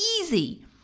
easy